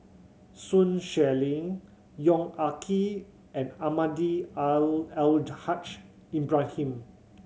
Sun Xueling Yong Ah Kee and Almahdi Al Haj Ibrahim